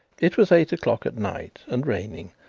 it was eight o'clock at night and raining,